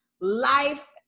life